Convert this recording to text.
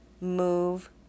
move